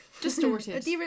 Distorted